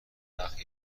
وقت